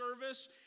service